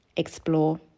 explore